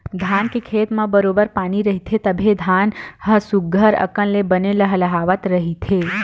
धान के खेत म बरोबर पानी रहिथे तभे धान ह सुग्घर अकन ले बने लहलाहवत रहिथे